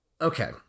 Okay